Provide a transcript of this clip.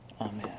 Amen